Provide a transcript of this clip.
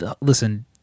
listen